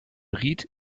ried